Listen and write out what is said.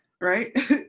right